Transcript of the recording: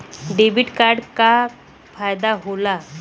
Debit card क का फायदा हो ला?